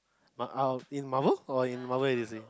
in Marvel or in Marvel or DC